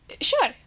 sure